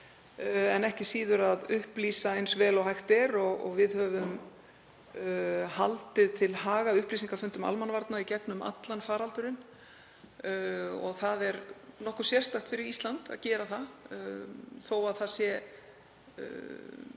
en ekki síður að upplýsa eins vel og hægt er. Við höfum haldið til haga upplýsingafundum almannavarna í gegnum allan faraldurinn. Það er nokkuð sérstakt fyrir Ísland að gera það þó að mest sé